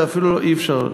ואפילו אי-אפשר.